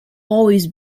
always